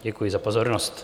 Děkuji za pozornost.